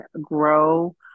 grow